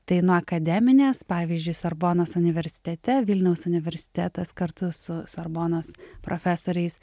tai nuo akademinės pavyzdžiui sorbonos universitete vilniaus universitetas kartu su sorbonos profesoriais